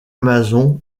mason